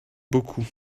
beaucoup